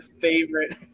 favorite